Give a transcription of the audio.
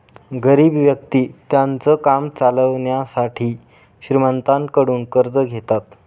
गरीब व्यक्ति त्यांचं काम चालवण्यासाठी श्रीमंतांकडून कर्ज घेतात